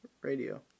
Radio